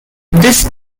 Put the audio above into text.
this